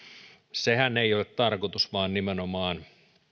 sehän ei ole tarkoitus vaan nimenomaan